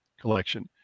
collection